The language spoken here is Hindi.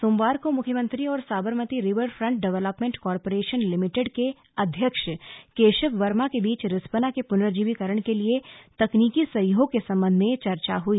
सोमवार को मुख्यमंत्री और Sabarmati river front development corporation limited के अध्यक्ष केशव वर्मा के बीच रिस्पना के पुनर्जीवीकरण के लिये तकनीकि सहयोग के सम्बन्ध में चर्चा हुई